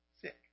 sick